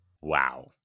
Wow